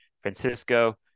Francisco